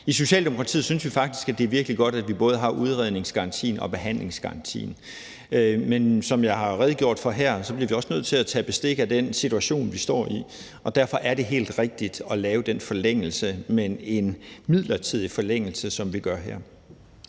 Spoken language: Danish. I Socialdemokratiet synes vi faktisk, at det er virkelig godt, at vi både har udredningsgarantien og behandlingsgarantien. Men som jeg har redegjort for her, bliver vi også nødt til at tage bestik af den situation, vi står i, og derfor er det helt rigtigt at lave den forlængelse, men en midlertidig forlængelse, som vi gør her.